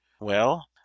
Well